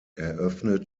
eröffnet